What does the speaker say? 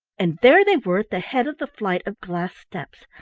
and there they were at the head of the flight of glass steps.